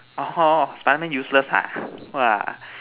orh spiderman useless ha !wah!